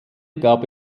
gab